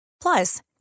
Plus